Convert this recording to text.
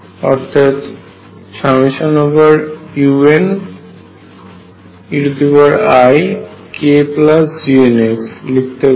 অর্থাৎ ∑un eikGnx লিখতে পারি